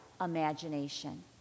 imagination